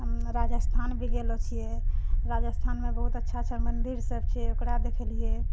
हम राजस्थान भी गेलऽ छिए राजस्थानमे बहुत अच्छा अच्छा मन्दिरसब छै ओकरा देखलिए